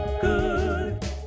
good